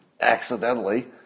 accidentally